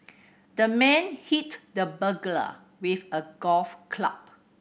the man hit the burglar with a golf club